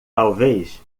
talvez